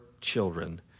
children